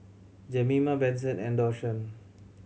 Jemima Benson and Dashawn